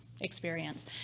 experience